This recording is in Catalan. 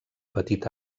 petit